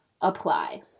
apply